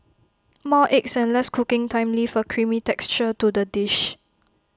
more eggs and less cooking time leave A creamy texture to the dish